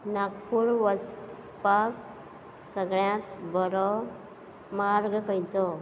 नागपूर वचपाक सगळ्यांत बरो मार्ग खंयचो